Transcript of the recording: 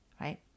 right